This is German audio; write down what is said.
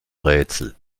rätsel